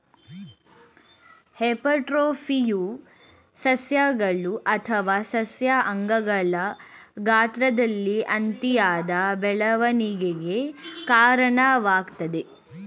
ಹೈಪರ್ಟ್ರೋಫಿಯು ಸಸ್ಯಗಳು ಅಥವಾ ಸಸ್ಯ ಅಂಗಗಳ ಗಾತ್ರದಲ್ಲಿ ಅತಿಯಾದ ಬೆಳವಣಿಗೆಗೆ ಕಾರಣವಾಗ್ತದೆ